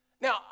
Now